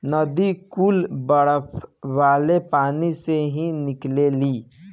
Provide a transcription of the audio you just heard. नदी कुल बरफ वाले पानी से ही निकलेली